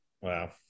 Wow